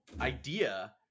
idea